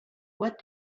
what